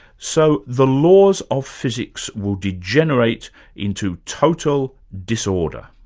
so the laws of physics will degenerate into total disorder.